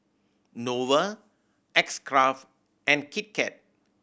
Nova X Craft and Kit Kat